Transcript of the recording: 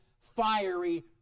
fiery